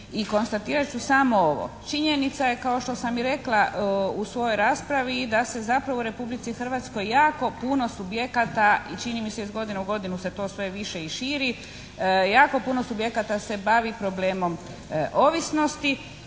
i konstatirat ću samo ovo. Činjenica je kao što sam i rekla u svojoj raspravi da se zapravo u Republici Hrvatskoj jako puno subjekata i čini mi se iz godine u godinu se to sve više i širi, jako puno subjekata se bavi problemom ovisnosti